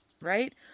right